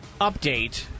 update